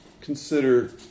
consider